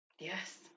yes